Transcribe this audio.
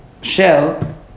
shell